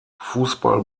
fußball